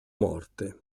morte